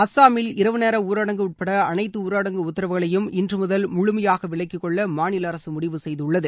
அசாமில் இரவு நேர ஊரடங்கு உட்பட அனைத்து ஊரடங்கு உத்தரவுகளையும் இன்று முதல் முழுமையாக விலக்கிகொள்ள மாநில அரசு முடிவு செய்துள்ளது